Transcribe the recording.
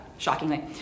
Shockingly